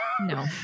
no